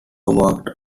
worked